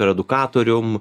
ir edukatorium